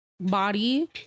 body